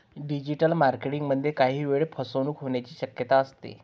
digital marketing मध्ये काही वेळा फसवणूक होण्याची शक्यता असते